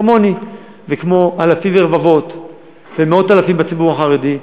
כמוני וכמו אלפים ורבבות ומאות אלפים בציבור החרדי,